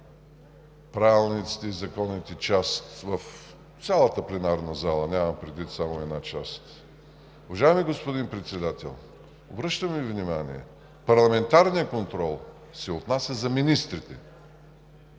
правилниците и законите част в цялата пленарна зала – нямам предвид само една част! Уважаеми господин Председател, обръщам Ви внимание, че парламентарният контрол се отнася за министрите.